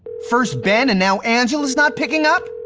first ben and now angela's not picking up.